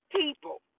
people